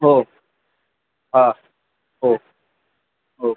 हो हां हो हो